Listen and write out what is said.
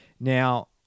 Now